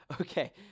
Okay